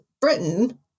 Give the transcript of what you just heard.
Britain